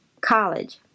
college